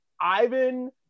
Ivan